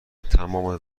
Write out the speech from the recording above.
تمام